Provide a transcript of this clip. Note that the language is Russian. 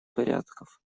порядков